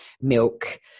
milk